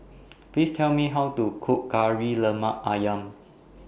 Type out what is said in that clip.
Please Tell Me How to Cook Kari Lemak Ayam